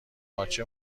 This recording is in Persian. باچه